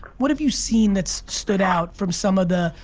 what have you seen that's stood out from some of the,